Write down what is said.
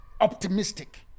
Optimistic